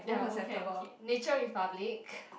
ya both can okay Nature-Republic